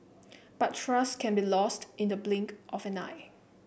but trust can be lost in the blink of an eye